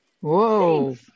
Whoa